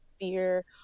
fear